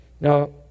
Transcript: Now